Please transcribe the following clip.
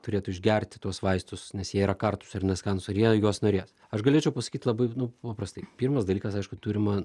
turėtų išgerti tuos vaistus nes jie yra kartūs ir neskanūs ar jie juos norės aš galėčiau pasakyt labai nu paprastai pirmas dalykas aišku turima